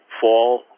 fall